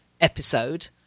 episode